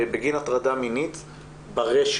בגין הטרדה מינית ברשת.